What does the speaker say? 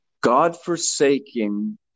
God-forsaking